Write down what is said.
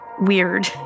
weird